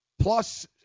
plus